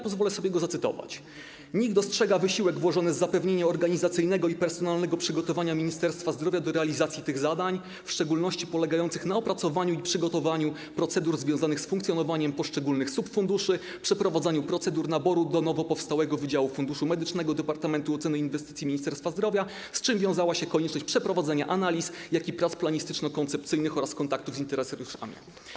Pozwolę sobie go zacytować: NIK dostrzega wysiłek włożony w zapewnienie organizacyjnego i personalnego przygotowania Ministerstwa Zdrowia do realizacji tych zadań, w szczególności polegających na opracowaniu i przygotowaniu procedur związanych z funkcjonowaniem poszczególnych subfunduszy, przeprowadzaniem procedur naboru do nowo powstałego Wydziału Funduszu Medycznego Departamentu Oceny Inwestycji Ministerstwa Zdrowia, z czym wiązała się konieczność przeprowadzenia analiz, jak i prac planistyczno-koncepcyjnych oraz kontaktów z interesariuszami.